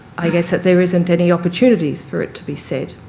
i guess, that there isn't any opportunities for it to be said.